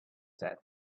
said